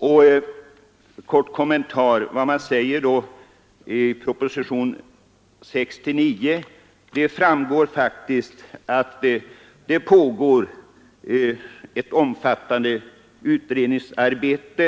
Som framgår av prop. 1974:69 pågår redan en omfattande utredningsverksamhet